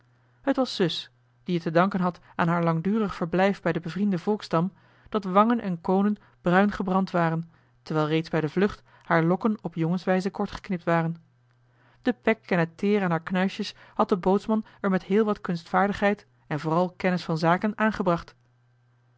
het was zus die het te danken had aan haar langdurig verblijf bij den bevrienden volksstam dat wangen en koonen bruin gebrand waren terwijl reeds bij de vlucht haar lokken op jongenswijze kort geknipt joh h been paddeltje de scheepsjongen van michiel de ruijter waren de pek en het teer aan haar knuistjes had de bootsman er met heel wat kunstvaardigheid en vooral kennis van zaken aangebracht